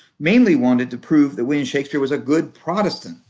mainly wanted to prove that william shakespeare was a good protestant.